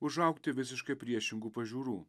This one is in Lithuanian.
užaugti visiškai priešingų pažiūrų